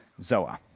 Zoa